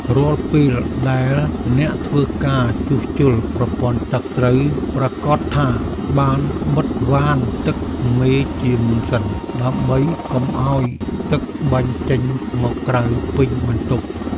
រាល់ពេលដែលអ្នកធ្វើការជួសជុលប្រព័ន្ធទឹក ត្រូវប្រាកដថាបានបិទវ៉ាន់ទឹកមេជាមុនសិន ដើម្បីកុំឱ្យទឹកបាញ់ចេញមកក្រៅពេញបន្ទប់។